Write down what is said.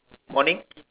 morning